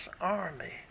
army